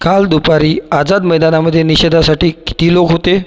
काल दुपारी आझाद मैदानामधे निषेधासाठी किती लोक होते